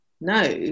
no